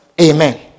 Amen